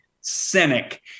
cynic